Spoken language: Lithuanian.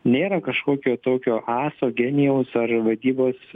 nėra kažkokio tokio aso genijaus ar vadybos